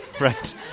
Right